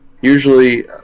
usually